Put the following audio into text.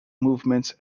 movements